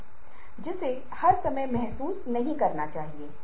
लेकिन इससे पहले कि हम इस पर जाएं मुझे कुछ और बताने की जरूरत है